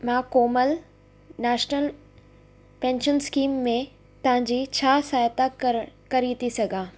मां Komal national pension scheme में तव्हांजी छा सहायता क करी थी सघां